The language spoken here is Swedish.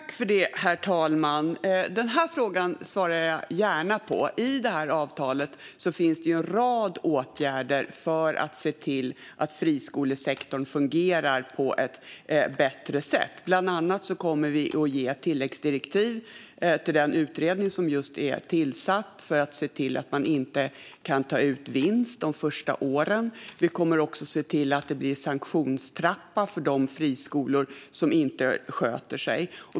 Herr talman! Den frågan svarar jag gärna på. I avtalet finns ju en rad åtgärder för att se till att friskolesektorn fungerar på ett bättre sätt. Bland annat kommer vi att ge tilläggsdirektiv till den utredning som just är tillsatt för att se till att man inte ska kunna ta ut vinst de första åren. Vi kommer också att se till att det blir en sanktionstrappa för de friskolor som inte sköter sig.